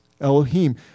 Elohim